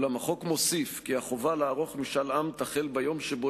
אולם החוק מוסיף כי החובה לערוך משאל עם תחל ביום שבו